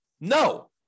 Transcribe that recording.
No